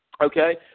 Okay